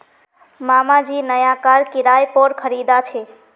मामा जी नया कार किराय पोर खरीदा छे